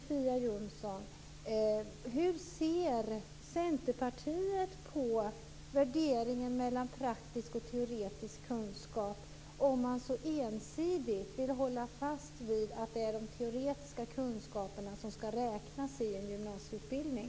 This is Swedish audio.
Centerpartiet på värderingen mellan praktisk och teoretisk kunskap om man så ensidigt vill hålla fast vid att det är de teoretiska kunskaperna som skall räknas i en gymnasieutbildning?